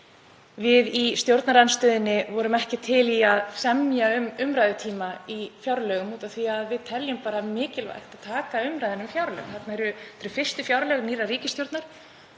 Við í stjórnarandstöðunni vorum ekki til í að semja um ræðutíma í fjárlagaumræðunni út af því að við teljum mikilvægt að taka umræðuna um fjárlög. Þetta eru fyrstu fjárlög nýrrar ríkisstjórnar